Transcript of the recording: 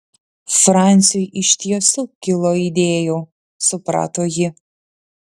franciui iš tiesų kilo idėjų suprato ji